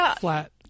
flat